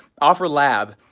offer lab.